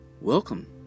welcome